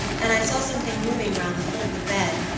and i saw something moving round the foot of the bed,